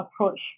approach